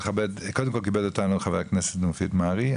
קודם כל כיבד אותנו חה"כ מופיד מרעי,